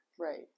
Right